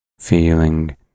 Feeling